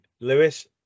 Lewis